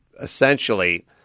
essentially